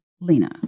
Lena